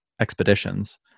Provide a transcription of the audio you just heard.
expeditions